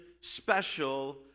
special